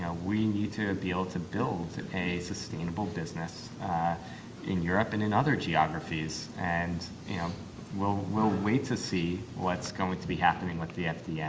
ah we need to be able to build to pay sustainable business in europe and in other geographies. and and we'll we'll wait to see what's going to be happening with the fda, yeah